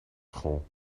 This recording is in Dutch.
school